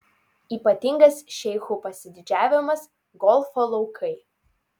ypatingas šeichų pasididžiavimas golfo laukai